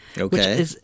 Okay